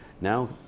now